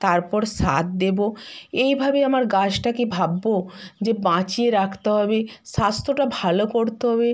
তারপর সার দেবো এইভাবে আমার গাছটাকে ভাববো যে বাঁচিয়ে রাখতে হবে স্বাস্থ্যটা ভালো করতে হবে